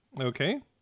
Okay